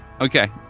okay